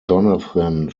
jonathan